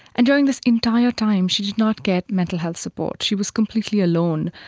and during this entire time she did not get mental health support, she was completely alone.